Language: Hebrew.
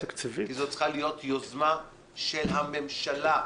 כי זאת צריכה להיות יוזמה של הממשלה,